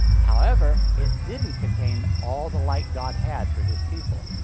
however, it didn't contain all the light god had for his people.